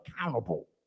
accountable